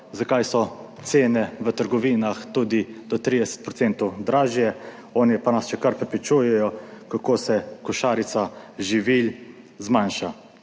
zakaj so cene v trgovinah tudi do 30 % dražje, oni pa nas še kar prepričujejo, kako se košarica živil zmanjša.